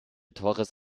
torres